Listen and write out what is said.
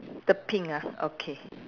the pink ah okay